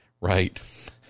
right